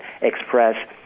express